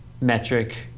metric